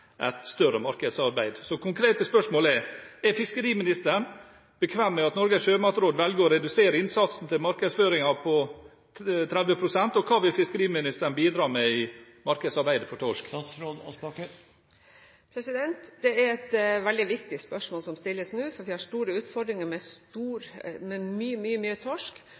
et større markedsarbeid. Så mitt konkrete spørsmål er: Er fiskeriministeren bekvem med at Norges sjømatråd velger å redusere innsatsen til markedsføringen med 30 pst., og hva vil fiskeriministeren bidra med i markedsarbeidet for torsk? Det er et veldig viktig spørsmål som stilles nå, for vi har store utfordringer med mye, mye torsk,